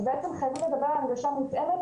אז בעצם חייבים לדבר על הנגשה מותאמת